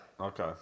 Okay